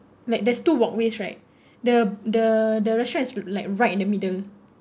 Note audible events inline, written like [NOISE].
like there's two walkways right [BREATH] the the the restaurant is with like right in the middle